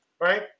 right